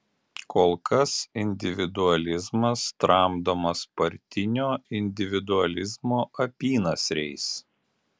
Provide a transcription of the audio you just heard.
kol kas individualizmas tramdomas partinio individualizmo apynasriais